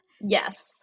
Yes